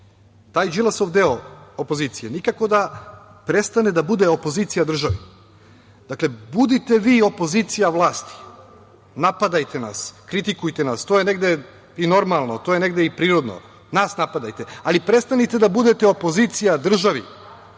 Taj Đilasov deo opozicije nikako da prestane da bude opozicija države. Dakle, budite vi opozicija vlasti, napadajte nas, kritikujte nas, to je negde i normalno, to je negde i prirodno, nas napadajte, ali prestanite da budete opozicija državi,